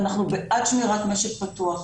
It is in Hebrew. אנחנו בעד שמירת משק פתוח,